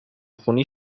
خونی